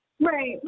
Right